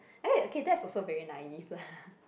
okay that's also very naive lah